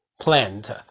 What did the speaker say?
plant